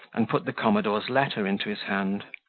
and put the commodore's letter into his hand,